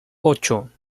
ocho